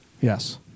Yes